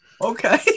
Okay